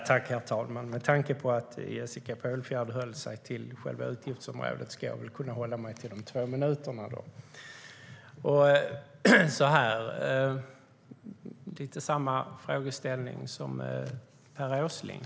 Herr talman! Med tanke på att Jessica Polfjärd höll sig till själva utgiftsområdet ska jag väl kunna hålla mig till de två minuterna. Jag har en liknande frågeställning som till Per Åsling.